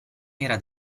era